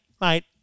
mate